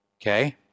Okay